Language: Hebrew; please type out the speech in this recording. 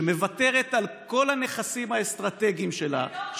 שמוותרת על כל הנכסים האסטרטגיים שלה,